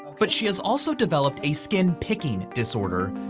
but she has also developed a skin picking disorder.